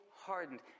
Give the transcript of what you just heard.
Hardened